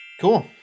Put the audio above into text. Cool